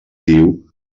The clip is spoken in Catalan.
diu